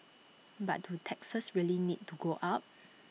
but do taxes really need to go up